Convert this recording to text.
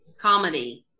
Comedy